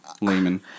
layman